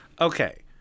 Okay